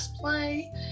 play